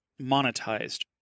monetized